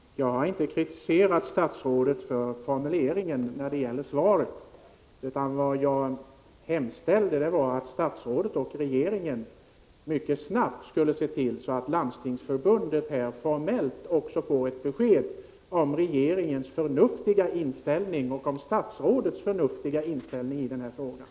Herr talman! Jag har inte kritiserat statsrådet för formuleringen i svaret, utan jag hemställde om att statsrådet och regeringen mycket snabbt skulle se till att också Landstingsförbundet formellt får ett besked om regeringens och statsrådets förnuftiga inställning i den här frågan.